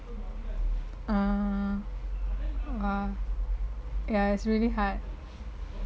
ah ya it's really hard